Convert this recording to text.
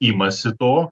imasi to